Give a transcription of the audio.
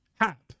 Hap